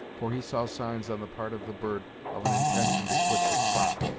for he saw signs on the part of the bird of an intention to quit the spot.